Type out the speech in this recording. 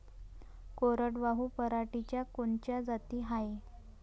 कोरडवाहू पराटीच्या कोनच्या जाती हाये?